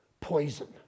Poison